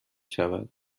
شود